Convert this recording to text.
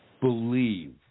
believe